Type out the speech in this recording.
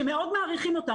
שמאוד מעריכים אותם,